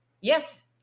Yes